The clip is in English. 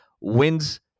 wins